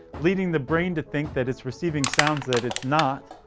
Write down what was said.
leading the brain to think that it's receiving sounds that it's not.